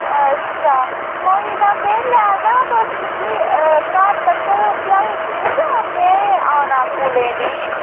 अच्छा कोई ना में लैना तुस मिकी घर तक्कर पजाई ओड़दे जां में आना आपूं लैने